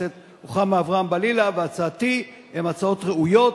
הכנסת רוחמה אברהם-בלילא והצעתי הן הצעות ראויות,